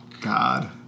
God